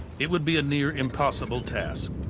it would be a near impossible task.